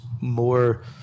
more